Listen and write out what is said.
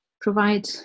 provide